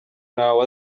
ntawe